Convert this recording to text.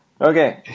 Okay